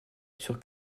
sur